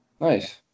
Nice